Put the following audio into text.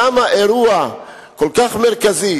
למה באירוע כל כך מרכזי,